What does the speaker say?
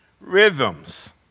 rhythms